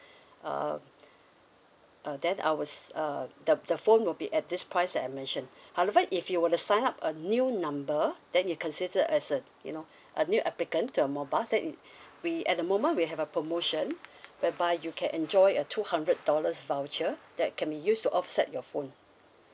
uh uh then I was uh the the phone will be at this price that I mentioned however if you were to sign up a new number then you're considered as a you know a new applicant to our mobile then we at the moment we have a promotion whereby you can enjoy a two hundred dollars voucher that can be used to offset your phone